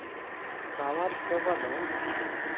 ᱥᱟᱶᱟᱨ ᱥᱮᱵᱟ ᱫᱚ